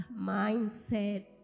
mindset